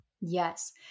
Yes